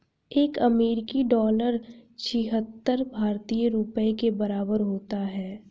एक अमेरिकी डॉलर छिहत्तर भारतीय रुपये के बराबर होता है